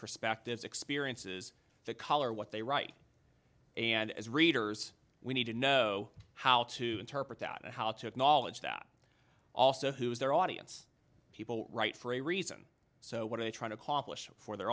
perspectives experiences that color what they write and as readers we need to know how to interpret that and how to acknowledge that also who is their audience people write for a reason so what are they trying to accomplish for their